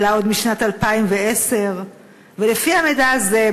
אלא עוד משנת 2010. לפי המידע הזה,